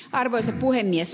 arvoisa puhemies